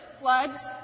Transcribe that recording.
Floods